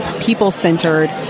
people-centered